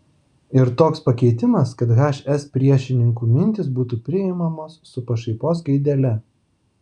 ir toks pakeitimas kad hs priešininkų mintys būtų priimamos su pašaipos gaidele